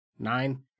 Nine